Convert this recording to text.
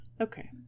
Okay